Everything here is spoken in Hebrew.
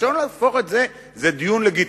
אפשר להפוך את זה, זה דיון לגיטימי.